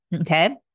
Okay